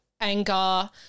anger